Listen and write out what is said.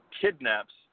kidnaps